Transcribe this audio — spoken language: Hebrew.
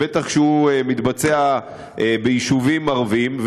בטח כשהוא מתבצע ביישובים ערביים.